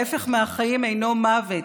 ההפך מהחיים אינו מוות,